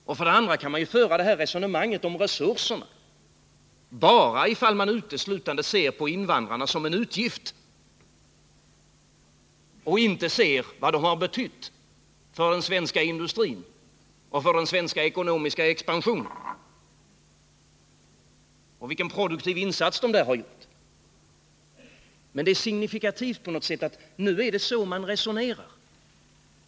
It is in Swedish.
För det andra kan man föra det här resonemanget om resurserna, bara om man ser på invandrarna uteslutande som en utgiftspost och inte ser på vad de har betytt för den svenska industrin och för den svenska ekonomiska expansionen och på vilken produktiv insats de har gjort där. På något sätt är det här signifikativt. Nu är det så man resonerar.